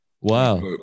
wow